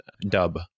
Dub